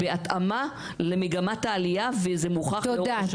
בתאמה, למגמת העלייה וזה מוכרח להיות.